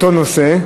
באותו נושא.